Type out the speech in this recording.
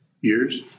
Years